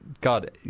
God